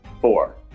four